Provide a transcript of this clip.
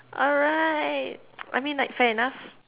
alright I mean like fair enough